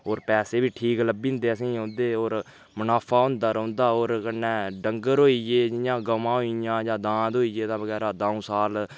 होर पैसे बी ठीक लब्भी जंदे असेंगी उं'दे होर मुनाफा होंदा रौह्न्दा होर कन्नै डन्गर होई गे जि'यां गमां होई गेइयां जां दांद होई गे जां बगैरा द'ऊं साल